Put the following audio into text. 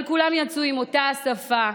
אבל כולם יצאו עם אותה השפה,